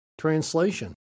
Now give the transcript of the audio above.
Translation